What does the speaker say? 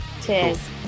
cheers